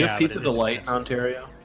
yeah pizza delight ontario.